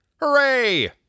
Hooray